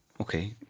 Okay